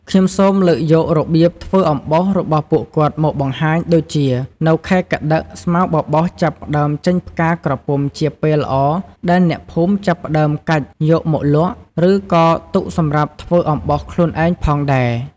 ខ្ញុំសូមលើកយករបៀបធ្វើអំបោសរបស់ពួកគាត់មកបង្ហាញដូចជា នៅខែកក្តិកស្មៅបបោសចាប់ផ្តើមចេញផ្កាក្រពុំជាពេលល្អដែលអ្នកភូមិចាប់ផ្តើមកាច់យកមកលក់ រឺក៏ទុកសម្រាប់ធ្វើអំបោសខ្លួនឯងផងដែរ។